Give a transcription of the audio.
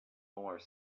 more